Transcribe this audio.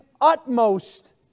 utmost